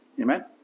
Amen